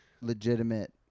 legitimate